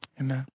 Amen